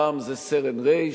פעם זה סרן ר',